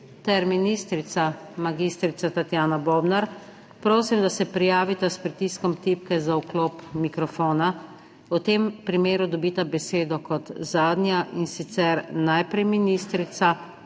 ter ministrica mag. Tatjana Bobnar, prosim, da se prijavita s pritiskom tipke za vklop mikrofona. V tem primeru dobita besedo kot zadnja, in sicer najprej ministrica